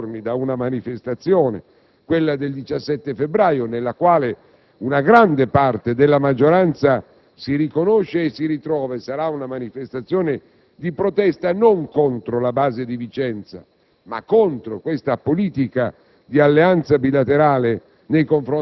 Tutto quanto è avvenuto, sta avvenendo a pochi giorni da una manifestazione, quella che si terrà il 17 febbraio, nella quale una gran parte della maggioranza si riconosce e si ritrova. Si tratterà di una manifestazione di protesta non contro la base di Vicenza,